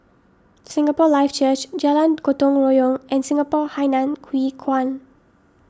Singapore Life Church Jalan Gotong Royong and Singapore Hainan Hwee Kuan